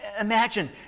Imagine